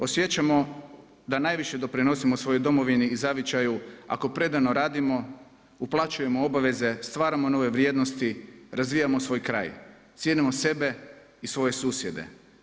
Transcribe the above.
Osjećamo da najviše doprinosimo svojoj domovini i zavičaju ako predano radimo, uplaćujemo obaveze, stvaramo nove vrijednosti, razvijamo svoj kraj, cijenimo sebe i svoje susjede.